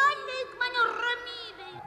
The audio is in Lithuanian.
palik mane ramybėj